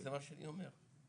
זה מה שאני אומר.